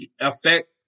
affect